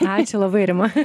ačiū labai rima